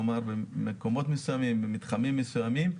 כלומר במקומות מסוימים, במתחמים מסוימים.